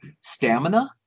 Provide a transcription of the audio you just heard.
stamina